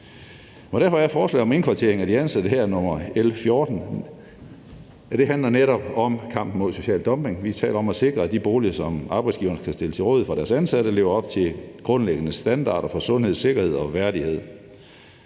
Derfor handler forslaget om indkvartering af de ansatte, L 14, netop om kampen mod social dumping. Vi taler om at sikre, at de boliger, som arbejdsgiverne skal stille til rådighed for deres ansatte, lever op til grundlæggende standarder for sundhed, sikkerhed og værdighed.